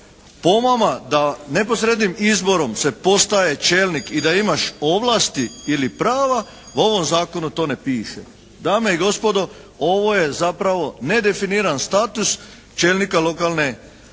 Po vama da neposrednim izborom se postaje čelnik i da imaš ovlasti ili prava u ovom zakonu to ne piše. Dame i gospodo ovo je zapravo nedefiniran status čelnika lokalne